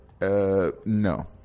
No